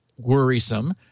Worrisome